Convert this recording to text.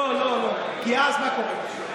כי אז, מה קורה?